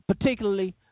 particularly